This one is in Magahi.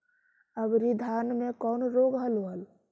अबरि धाना मे कौन रोग हलो हल?